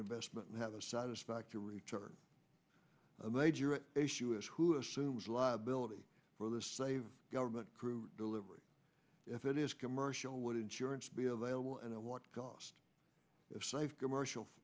investment and have a satisfactory return a major issue is who assumes liability for the save government crew delivery if it is commercial what insurance be available and what cost if saved commercial